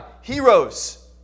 heroes